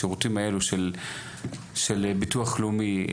השירותים האלו של ביטוח לאומי,